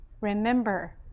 remember